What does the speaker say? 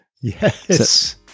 Yes